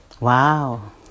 Wow